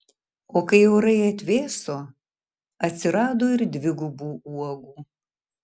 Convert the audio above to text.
o kai orai atvėso atsirado ir dvigubų uogų